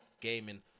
gaming